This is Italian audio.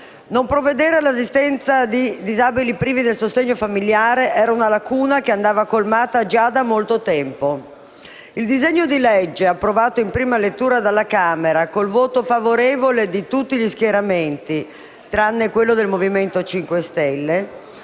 quella dell'assistenza ai disabili privi del sostegno familiare era una lacuna che andava colmata già da molto tempo. Il disegno di legge, approvato in prima lettura alla Camera con il voto favorevole di tutti gli schieramenti, tranne il Movimento 5 Stelle,